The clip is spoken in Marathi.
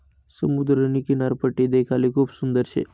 समुद्रनी किनारपट्टी देखाले खूप सुंदर शे